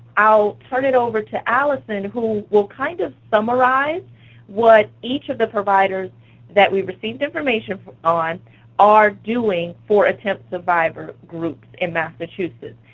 i'll turn it over to alison, who will kind of summarize what each of the providers that we've received information on are doing for attempt survivor groups in massachusetts.